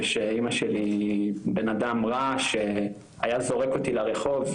ושאמא שלי בן אדם רע שהיה זורק אותי לרחוב,